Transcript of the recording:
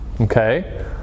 Okay